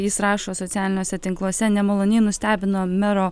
jis rašo socialiniuose tinkluose nemaloniai nustebino mero